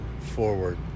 forward